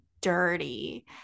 dirty